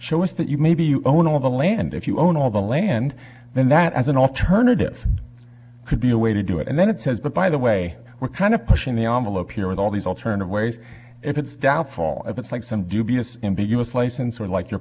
show us that you maybe you own all the land if you own all the land then that as an alternative could be a way to do it and then it says but by the way we're kind of pushing the arm elope here with all these alternative ways if it's doubtful if it's like some dubious ambiguous license or like your